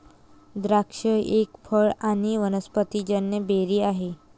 द्राक्ष एक फळ आणी वनस्पतिजन्य बेरी आहे